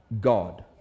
God